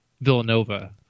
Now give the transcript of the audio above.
Villanova